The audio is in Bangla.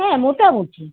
হ্যাঁ মোটামুটি